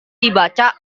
dibaca